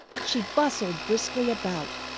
she bustled briskly about,